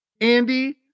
Andy